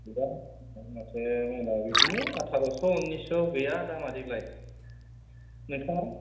गैया दामफोरानो माथो मोना बिदिनो आथारस' उन्निसस' गैया दामा देग्लाय नोंथाङा